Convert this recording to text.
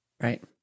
Right